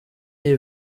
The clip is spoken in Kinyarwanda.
iyi